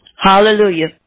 Hallelujah